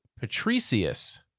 Patricius